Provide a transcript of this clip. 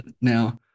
Now